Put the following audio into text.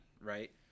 right